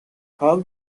how